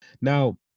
Now